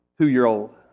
two-year-old